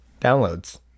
Downloads